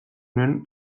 nuen